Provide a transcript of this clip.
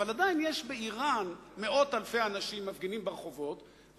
אבל עדיין באירן מאות אלפי אנשים מפגינים ברחובות,